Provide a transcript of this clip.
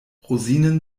rosinen